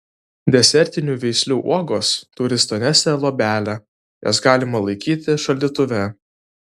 desertinių veislių uogos turi storesnę luobelę jas galima laikyti šaldytuve